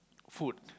food